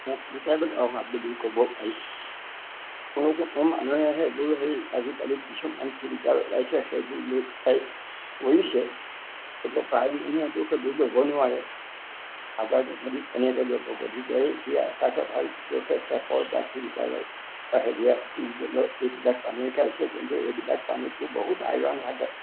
অহা বুলি ক'ব পাৰি মানুৱেহে এইবোৰ হেৰি আজিকালি কিছুমান ফিল্টাৰ ওলাইছে সেইবোৰ লৈ পেলাই কৰিছে কিন্তু প্ৰায় মানুহেতো সেইবোৰ ল'বই নোৱাৰে এটা কথা কল বা ফিল্টাৰত বা হেৰিয়াত টিউবেলত এইবিলাক পানী খাইছে কিন্তু এইবিলাক পানীতটো বহুত আইৰণ থাকে